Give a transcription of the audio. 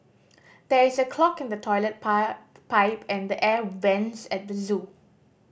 there is a clog in the toilet pie pipe and the air vents at the zoo